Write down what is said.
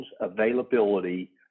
availability